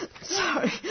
Sorry